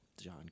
john